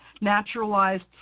naturalized